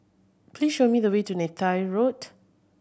please show me the way to Neythai Road